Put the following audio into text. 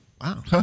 Wow